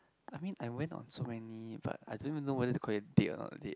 I mean I went on so many but I don't even know whether to call it a date or not a date